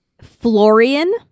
Florian